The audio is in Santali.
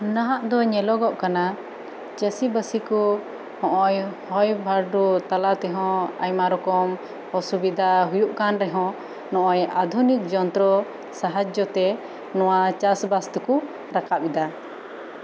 ᱱᱟᱦᱟᱜ ᱫᱚ ᱧᱮᱞᱚᱜᱚᱜ ᱠᱟᱱᱟ ᱪᱟᱹᱥᱤ ᱵᱟᱹᱥᱤ ᱠᱚ ᱦᱚᱜ ᱚᱭ ᱦᱚᱭ ᱵᱷᱟᱹᱨᱰ ᱛᱟᱞᱟᱛᱮ ᱦᱚᱸ ᱟᱭᱢᱟ ᱨᱚᱠᱚᱢ ᱚᱥᱩᱵᱤᱫᱟ ᱦᱩᱭᱩᱜ ᱠᱟᱱ ᱨᱮᱦᱚᱸ ᱱᱚᱜ ᱚᱭ ᱟᱫᱷᱩᱱᱤᱠ ᱡᱚᱱᱛᱨᱚ ᱥᱟᱦᱟᱡᱭᱚ ᱛᱮ ᱱᱚᱣᱟ ᱪᱟᱥ ᱵᱟᱥ ᱫᱚᱠᱩ ᱨᱟᱠᱟᱵᱽ ᱮᱫᱟ